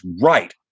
right